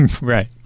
Right